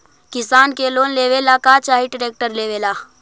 किसान के लोन लेबे ला का चाही ट्रैक्टर लेबे ला?